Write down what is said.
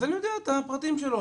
אז אני יודע את הפרטים שלו,